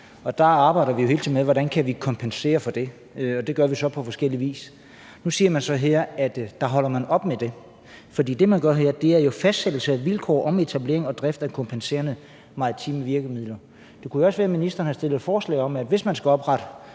og der arbejder vi jo hele tiden med, hvordan vi kan kompensere for det, og det gør vi så på forskellig vis. Nu siger man så her, at man holder op med det. For det, man gør her, er jo, at man fastsætter vilkår om etablering og drift af kompenserende maritime virkemidler. Det kunne jo også være, ministeren havde stillet forslag om, at hvis man skal oprette